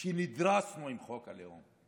שנדרסנו עם חוק הלאום,